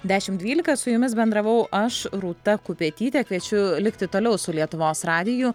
dešimt dvylika su jumis bendravau aš rūta kupetytė kviečiu likti toliau su lietuvos radiju